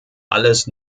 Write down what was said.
alles